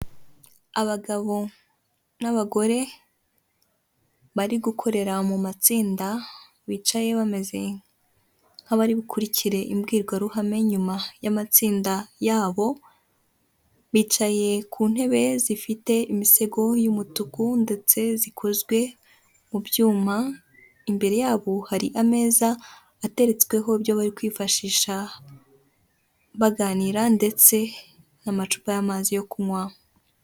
Abagabo n'abagore bari gukorera mu matsinda bicaye bameze nk'abari bukurikire imbwirwaruhame nyuma y'amatsinda yabo, bicaye ku ntebe zifite imisego y'umutuku ndetse zikozwe mu byuma imbere yabo hari ameza atetsweho ibyo bari kwifashisha baganira ndetse n'amacupa y'amazi yo kunywa.